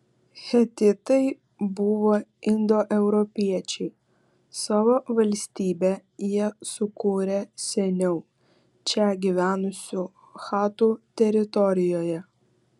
hetitai buvo indoeuropiečiai savo valstybę jie sukūrė seniau čia gyvenusių chatų teritorijoje